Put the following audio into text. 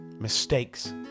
Mistakes